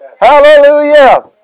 Hallelujah